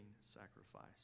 sacrifice